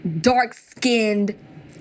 dark-skinned